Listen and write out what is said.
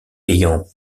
ayant